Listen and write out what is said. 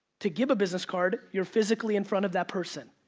to give a business card, you're physically in front of that person.